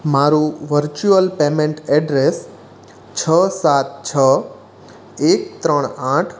મારું virtual payment address છ સાત છ એક ત્રણ આઠ